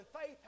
faith